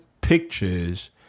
pictures